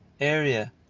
area